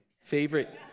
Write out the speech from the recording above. favorite